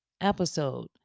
episode